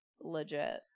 legit